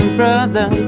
brother